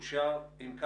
אין נמנעים,